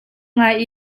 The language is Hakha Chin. ngai